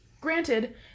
Granted